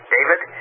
David